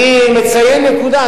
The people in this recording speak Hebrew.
אני מציין נקודה.